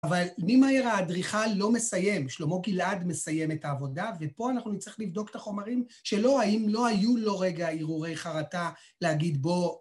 אבל מי מעיר, האדריכל לא מסיים, שלמה גלעד מסיים את העבודה, ופה אנחנו נצטרך לבדוק את החומרים, שלא, האם לא היו לו רגע הירהורי חרטה להגיד בוא..